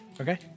Okay